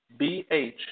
BH